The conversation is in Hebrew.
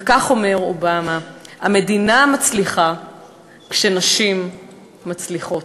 וכך אומר אובמה: המדינה מצליחה כשנשים מצליחות.